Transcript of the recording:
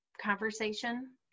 conversation